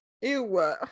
Ew